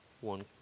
one